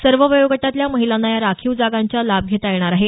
सर्व वयोगटातल्या महिलांना या राखीव जागांच्या लाभ घेता येणार आहे